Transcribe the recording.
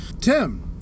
Tim